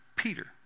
Peter